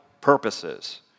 purposes